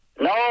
No